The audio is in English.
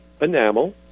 enamel